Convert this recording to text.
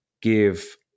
give